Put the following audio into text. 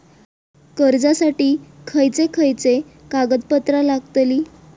कर्जासाठी खयचे खयचे कागदपत्रा लागतली?